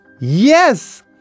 Yes